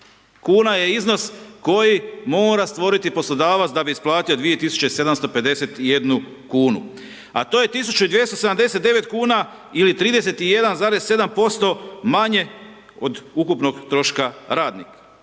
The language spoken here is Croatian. kuna je iznos koji mora stvoriti poslodavac da bi isplatio 2751 kunu a to je 1279 kuna ili 31,7% manje od ukupnog troška radnika.